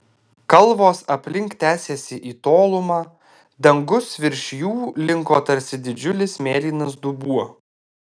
kalvos aplink tęsėsi į tolumą dangus virš jų linko tarsi didžiulis mėlynas dubuo